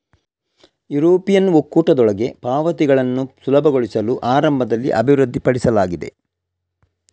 European ಒಕ್ಕೂಟದೊಳಗೆ ಪಾವತಿಗಳನ್ನು ಸುಲಭಗೊಳಿಸಲು ಆರಂಭದಲ್ಲಿ ಅಭಿವೃದ್ಧಿಪಡಿಸಲಾಗಿದೆ